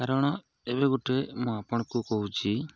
କାରଣ ଏବେ ଗୋଟେ ମୁଁ ଆପଣଙ୍କୁ କହୁଛି